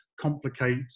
complicate